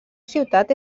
ciutat